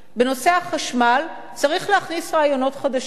בנושא החשמל צריך להכניס רעיונות חדשים,